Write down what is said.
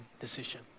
decision